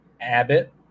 Abbott